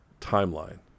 timeline